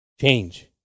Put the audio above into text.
Change